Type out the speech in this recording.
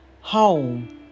home